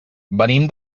venim